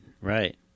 Right